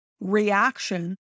reaction